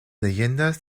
leyendas